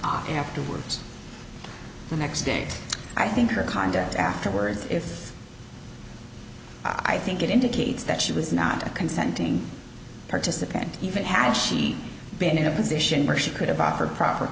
on afterwards the next day i think her conduct afterwards if i think it indicates that she was not a consenting participant even has she been in a position where she could have bought her proper